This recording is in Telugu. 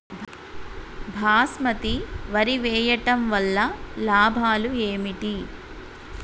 బాస్మతి వరి వేయటం వల్ల లాభాలు ఏమిటి?